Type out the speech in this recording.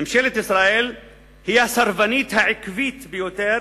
ממשלת ישראל היא הסרבנית העקבית ביותר,